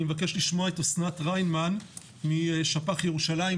אני מבקש לשמוע את אסנת ריינמן משפ"ח ירושלים,